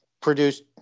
produced